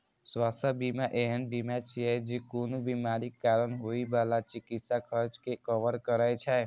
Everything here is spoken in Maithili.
स्वास्थ्य बीमा एहन बीमा छियै, जे कोनो बीमारीक कारण होइ बला चिकित्सा खर्च कें कवर करै छै